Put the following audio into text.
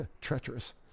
treacherous